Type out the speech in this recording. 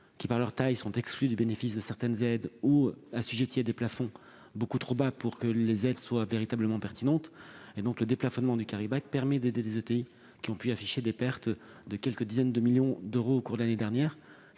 qui, par leur dimension, sont exclues du bénéfice de certaines aides ou assujetties à des plafonds beaucoup trop bas pour que les aides soient véritablement pertinentes. Il s'agit donc, par ce déplafonnement, d'aider certaines ETI ayant pu afficher des pertes de quelques dizaines de millions d'euros au cours de l'année dernière,